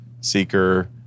seeker